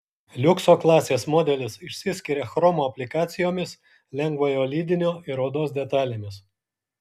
liukso klasės modelis išsiskiria chromo aplikacijomis lengvojo lydinio ir odos detalėmis